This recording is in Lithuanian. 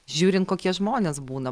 žiūrint kokie žmonės būna